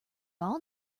all